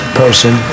person